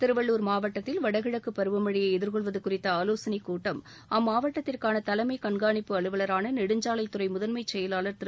திருவள்ளூர் மாவட்டத்தில் வடகிழக்குப் பருவமழையை எதிர்கொள்வது குறித்த ஆலோசனைக் கூட்டம் அம்மாவட்டத்திற்கான தலைமை கண்கானிப்பு அலுவலரான நெடுஞ்சாலைத் துறை முதன்மைச் செயலாளர் திரு